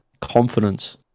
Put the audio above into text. confidence